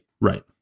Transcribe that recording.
Right